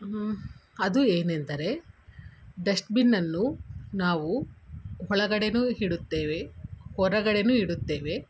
ಅದು ಏನೆಂದರೆ ಡಸ್ಟ್ಬಿನ್ ಅನ್ನು ನಾವು ಒಳಗಡೆನೂ ಇಡುತ್ತೇವೆ ಹೊರಗಡೆನೂ ಇಡುತ್ತೇವೆ